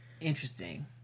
Interesting